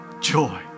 joy